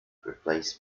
replaced